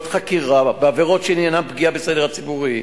חקירה בעבירות שעניינן פגיעה בסדר הציבורי.